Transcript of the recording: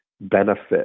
benefit